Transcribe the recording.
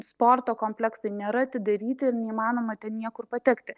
sporto kompleksai nėra atidaryti ir neįmanoma ten niekur patekti